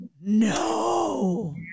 No